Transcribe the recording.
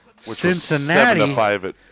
Cincinnati